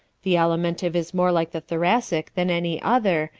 the alimentive is more like the thoracic than any other,